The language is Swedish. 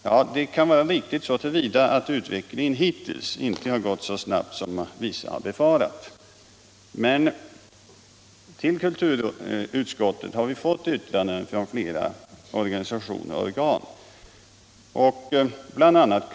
Ja, det kan vara riktigt så till vida som utvecklingen hittills inte har gått så snabbt som en del människor befarade. Men vi har i utskottet fått motta yttranden från flera organisationer och organ som uttrycker oro för framtiden.